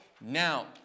now